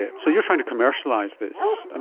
yeah so you are trying to commercialise this. and